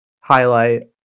highlight